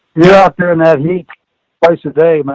you're out there in that heat twice a day, man.